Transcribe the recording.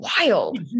wild